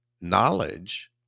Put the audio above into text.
knowledge